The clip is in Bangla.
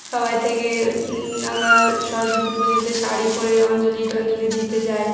সবাই থেকে আমরা সরস্বতী পুজোতে শাড়ি পরে অঞ্জলি টঞ্জলি দিতে যাই